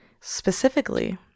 Specifically